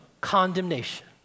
condemnation